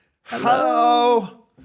Hello